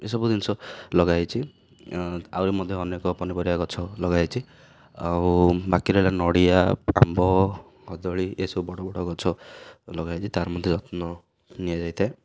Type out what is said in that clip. ଏସବୁ ଜିନିଷ ଲଗା ହେଇଛି ଆହୁରି ମଧ୍ୟ ଅନେକ ପନିପରିବା ଗଛ ଲଗାଯାଇଛି ଆଉ ବାକି ରହଲା ନଡ଼ିଆ ଆମ୍ବ କଦଳୀ ଏସବୁ ବଡ଼ ବଡ଼ ଗଛ ଲଗା ହେଇଛି ତାର ମଧ୍ୟ ଯତ୍ନ ନିଆଯାଇଥାଏ